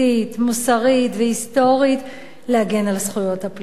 מוסרית והיסטורית להגן על זכויות הפליטים.